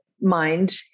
mind